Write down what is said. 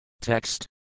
Text